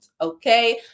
Okay